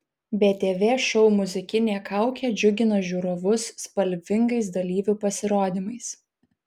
btv šou muzikinė kaukė džiugina žiūrovus spalvingais dalyvių pasirodymais